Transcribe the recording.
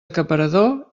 acaparador